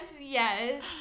yes